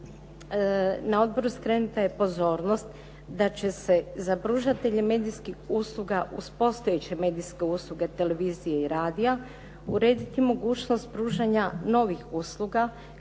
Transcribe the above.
na odboru skrenuta je pozornost da će se za pružatelje medijskih usluga uz postojeće medijske usluge televizije i radija urediti mogućnost pružanja novih usluga